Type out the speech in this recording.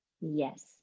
yes